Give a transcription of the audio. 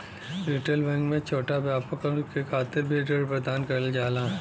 retail bank में छोटा व्यापार के खातिर भी ऋण प्रदान करल जाला